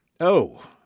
Oh